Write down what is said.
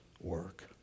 work